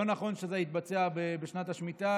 לא נכון שזה יתבצע בשנת השמיטה.